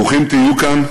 ברוכים תהיו כאן,